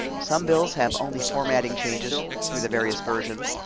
some bills have only formatting changes through the various versions,